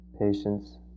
patience